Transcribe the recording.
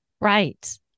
Right